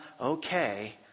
okay